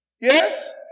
Yes